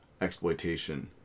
exploitation